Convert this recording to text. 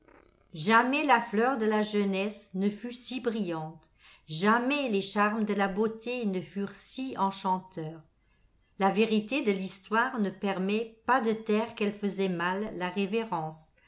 jamais la fleur de la jeunesse ne fut si brillante jamais les charmes de la beauté ne furent si enchanteurs la vérité de l'histoire ne permet pas de taire qu'elle fesait mal la révérence